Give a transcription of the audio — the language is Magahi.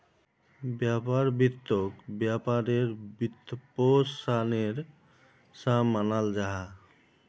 व्यापार वित्तोक व्यापारेर वित्त्पोशानेर सा मानाल जाहा